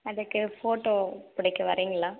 அதுக்கு போட்டோ பிடிக்க வர்றீங்களா